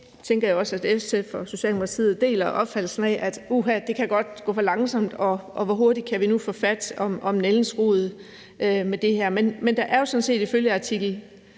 det tænker jeg også at SF og Socialdemokratiet deler opfattelsen af, at det, uha, godt kan gå for langsomt, og hvor hurtigt kan vi jo få fat om nældens rod med det her? Men det er jo sådan set sådan ifølge artikel